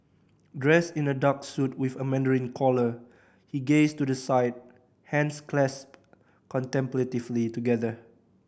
dressed in a dark suit with a mandarin collar he gazed to the side hands clasped contemplatively together